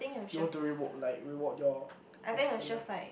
you want to reward like reward your extended